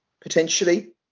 potentially